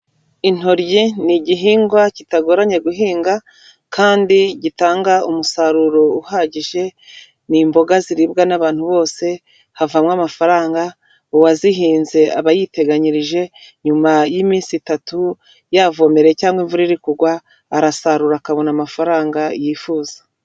Intoryi ni igihingwa kitagoranye guhinga, kandi gitanga umusaruro uhagije, ni imboga ziribwa n'abantu bose, havamo amafaranga, uwazihinze aba yiteganyirije, nyuma y'iminsi itatu yavomere cyangwa imvura iri kugwa, arasarura akabona amafaranga yifuza.